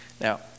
Now